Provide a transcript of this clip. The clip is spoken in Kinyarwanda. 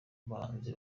bahanzi